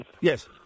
Yes